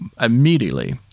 immediately